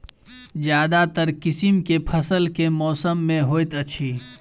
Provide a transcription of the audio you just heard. ज्यादातर किसिम केँ फसल केँ मौसम मे होइत अछि?